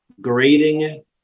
grading